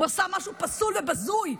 הוא עשה משהו פסול ובזוי.